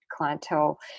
clientele